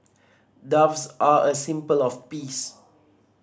doves are a symbol of peace